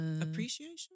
Appreciation